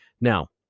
Now